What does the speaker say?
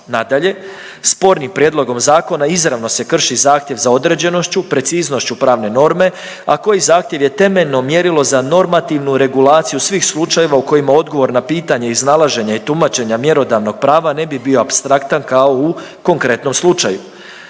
Nadalje, spornim prijedlogom zakona izravno se krši zahtjev za određenošću, preciznošću pravne norme, a koji zahtjev je temeljno mjerilo za normativnu regulaciju svih slučajeva u kojima odgovor na pitanja iznalaženja i tumačenja mjerodavnog prava ne bi bio apstraktan kao u konkretnom slučaju.